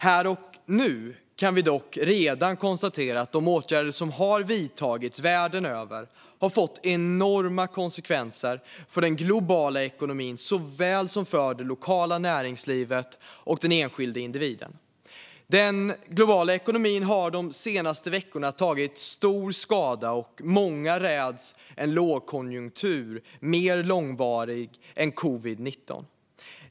Här och nu kan vi dock redan konstatera att de åtgärder som har vidtagits världen över har fått enorma konsekvenser för den globala ekonomin, för det lokala näringslivet och för den enskilde individen. Den globala ekonomin har de senaste veckorna tagit stor skada, och många räds en lågkonjunktur mer långvarig än covid-19.